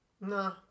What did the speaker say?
No